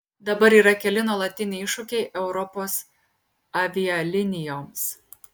dabar yra keli nuolatiniai iššūkiai europos avialinijoms